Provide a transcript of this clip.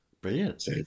Brilliant